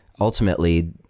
ultimately